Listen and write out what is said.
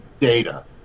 data